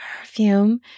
perfume